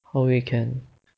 on weekend